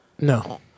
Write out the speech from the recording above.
No